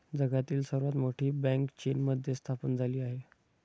जगातील सर्वात मोठी बँक चीनमध्ये स्थापन झाली आहे